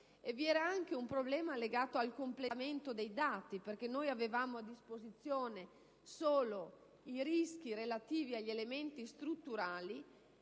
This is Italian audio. vi era anche un problema legato al completamento dei dati. Avevamo a disposizione, infatti, solo i rischi relativi agli elementi strutturali